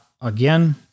again